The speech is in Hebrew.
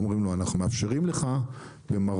אומרים לו אנחנו מאפשרים לך במרבית